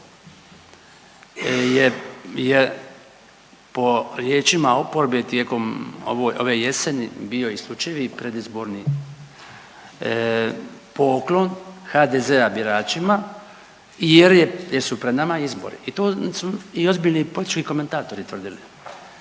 je po riječima oporbe tijekom ove jeseni bio isključivi predizborni poklon HDZ-a biračima i jer je, jer pred nama izbori. I to su i ozbiljni politički komentatori tvrdili